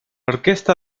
orquesta